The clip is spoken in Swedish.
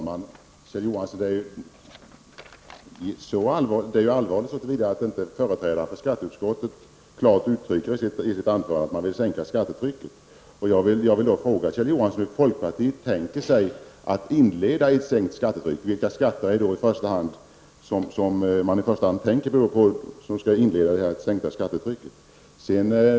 Fru talman! Det är, Kjell Johansson, allvarligt så till vida att inte företrädare för skatteutskottet klart uttrycker i sitt anförande att man vill sänka skattetrycket. Jag vill fråga Kjell Johansson hur folkpartiet tänker sig att inleda ett sänkt skattetryck. Vilka skatter är det ni i första hand tänker inleda sänkningen av skattetrycket med?